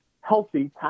healthy